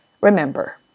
Remember